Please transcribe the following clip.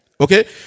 Okay